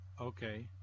okay